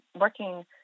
working